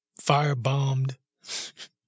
firebombed